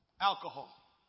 alcohol